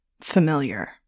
familiar